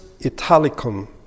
Italicum